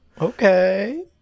Okay